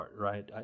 right